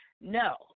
No